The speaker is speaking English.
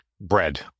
bread